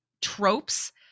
tropes